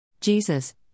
Jesus